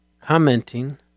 commenting